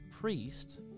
priest